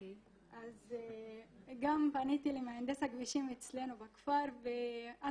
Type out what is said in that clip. גם פניתי למהנדס הכבישים אצלנו בכפר על